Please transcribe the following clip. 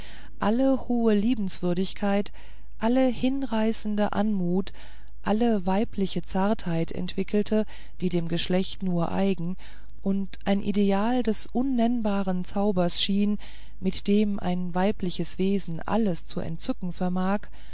alle hohe liebenswürdigkeit alle hinreißende anmut alle weibliche zartheit entwickelte die dem geschlecht nur eigen und ein ideal des unnennbaren zaubers schien mit dem ein weibliches wesen alles zu entzücken vermag